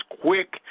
quick